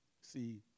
See